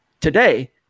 today